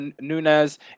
Nunez